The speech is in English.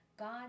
God